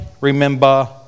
remember